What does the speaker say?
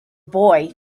boy